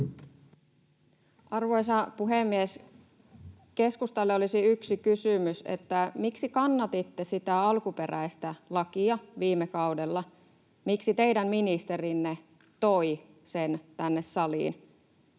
Arvoisa puhemies! Keskustalle olisi yksi kysymys: miksi kannatitte sitä alkuperäistä lakia viime kaudella? Miksi teidän ministerinne toi sen tänne saliin?